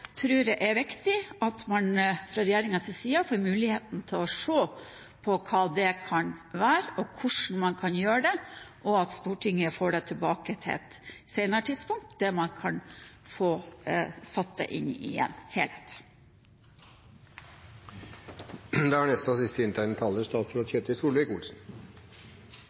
det er viktig at man fra regjeringens side får mulighet til å se på hva det kan være, hvordan man kan gjøre det, og at Stortinget får det tilbake på et senere tidspunkt, der man kan få satt det inn i en helhet.